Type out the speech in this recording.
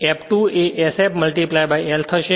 અને F2 એ sf L થશે